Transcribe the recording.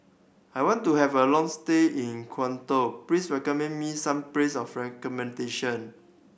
I want to have a long stay in Quito please recommend me some places for accommodation